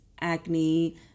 acne